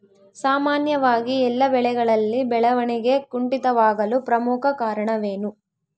ಸಾಮಾನ್ಯವಾಗಿ ಎಲ್ಲ ಬೆಳೆಗಳಲ್ಲಿ ಬೆಳವಣಿಗೆ ಕುಂಠಿತವಾಗಲು ಪ್ರಮುಖ ಕಾರಣವೇನು?